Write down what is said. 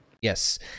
yes